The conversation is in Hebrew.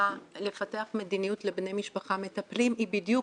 החלטה לפתח מדיניות לבני משפחה מטפלים היא בדיוק